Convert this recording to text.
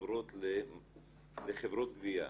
עוברות לחברות גביה.